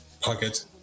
pocket